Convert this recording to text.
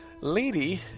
lady